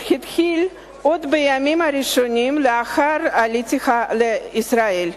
התחיל עוד בימים הראשונים לאחר עלייתי לישראל.